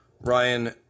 Ryan